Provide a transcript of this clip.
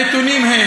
הנתונים הם